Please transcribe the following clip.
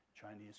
Chinese